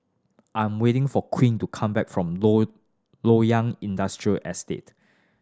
I'm waiting for Queen to come back from Loyang Industrial Estate